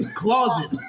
closet